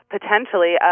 potentially